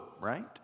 right